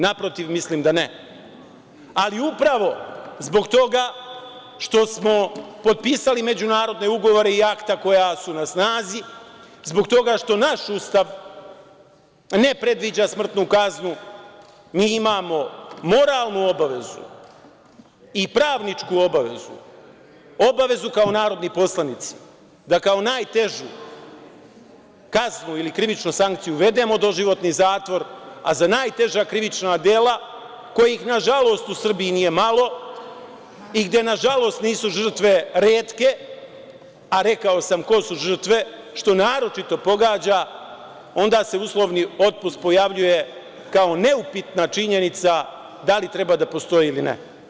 Naprotiv, mislim da ne, ali upravo zbog toga što smo potpisali međunarodne ugovore i akta koja su na snazi, zbog toga što naš Ustav ne predviđa smrtnu kaznu, mi imamo moralnu obavezu i pravničku obavezu, obavezu kao narodni poslanici da kao najtežu kaznu ili krivičnu sankciju uvedemo doživotni zatvor, a za najteža krivična dela, kojih na žalost u Srbiji nije malo, i gde na žalost nisu žrtve retke, a rekao sam ko su žrtve, što naročito pogađa onda se uslovni otpust pojavljuje kao neupitna činjenica da li treba da postoji li ne.